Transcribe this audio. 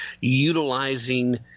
utilizing